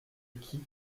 qui